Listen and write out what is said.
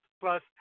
Plus